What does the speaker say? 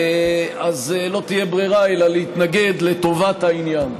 אז לא תהיה ברירה אלא להתנגד, לטובת העניין.